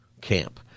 camp